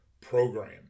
program